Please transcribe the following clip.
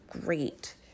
great